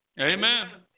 Amen